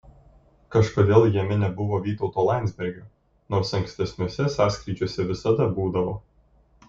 kažkodėl jame nebuvo vytauto landsbergio nors ankstesniuose sąskrydžiuose visada būdavo